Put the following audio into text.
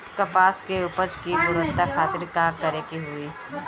कपास के उपज की गुणवत्ता खातिर का करेके होई?